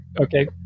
Okay